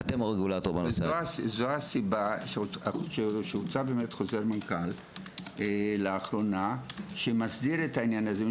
זאת הסיבה שהוצא חוזר מנכ"ל לאחרונה שמסדיר את העניין הזה.